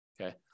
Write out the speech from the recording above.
Okay